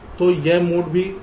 तो यह मोड भी है